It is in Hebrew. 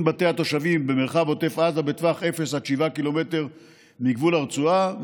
בתי התושבים במרחב עוטף עזה בטווח 0 7 קילומטר מגבול הרצועה.